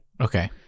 Okay